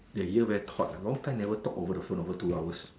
that year very taught oh long time never talk over the phone over two hours